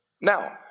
Now